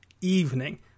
evening